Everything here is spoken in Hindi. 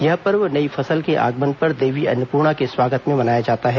यह पर्व नई फसल के आगमन पर देवी अन्नपूर्णा के स्वागत में मनाया जाता है